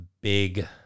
big